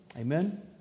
Amen